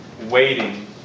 waiting